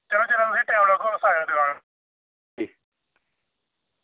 ते जेल्लै तुसेंगी टैम लग्गग सनायो भी